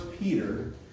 peter